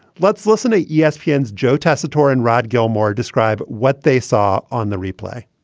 let's listen to yeah espn, and joe tacetin, rod gilmore, describe what they saw on the replay.